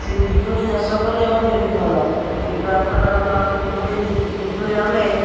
ସେଇ ପିଜୁଳି ଚାଷ କଲେ ମଧ୍ୟ ବି ଭଲ ସାଧାରଣତଃ ଆମେ ପିଜୁଳି ପିଜୁଳି ଆମେ